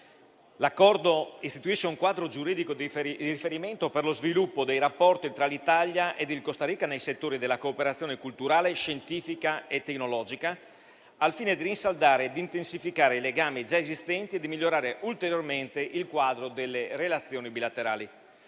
l'Accordo istituisce un quadro giuridico di riferimento per lo sviluppo dei rapporti tra l'Italia e la Costa Rica nei settori della cooperazione culturale, scientifica e tecnologica, al fine di rinsaldare ed intensificare i legami già esistenti e di migliorare ulteriormente il quadro delle relazioni bilaterali.